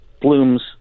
Blooms